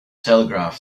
telegraph